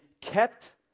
kept